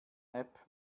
app